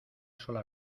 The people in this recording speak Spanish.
sola